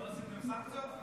לא עשיתם סנקציות?